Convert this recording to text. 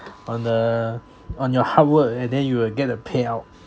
on the on your hard work and then you will get the payout